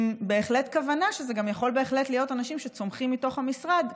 עם כוונה שזה יכול בהחלט להיות אנשים שצומחים במשרד,